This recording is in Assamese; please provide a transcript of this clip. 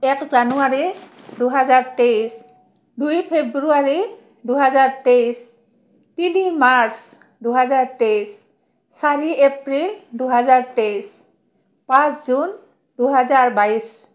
এক জানুৱাৰী দুহেজাৰ তেইছ দুই ফেব্ৰুৱাৰী দুহেজাৰ তেইছ তিনি মাৰ্চ দুহেজাৰ তেইছ চাৰি এপ্ৰিল দুহেজাৰ তেইছ পাঁচ জুন দুহেজাৰ বাইছ